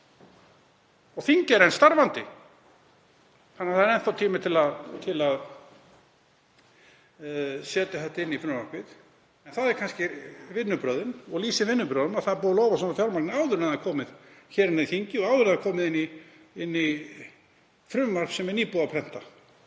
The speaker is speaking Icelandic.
Og þingið er enn starfandi þannig að það er enn þá tími til að setja þetta inn í frumvarpið. En þetta eru vinnubrögðin, þetta lýsir vinnubrögðunum; það er búið að lofa fjármagni áður en það er komið inn í þingið og áður en það er komið inn í frumvarp sem er nýbúið að prenta.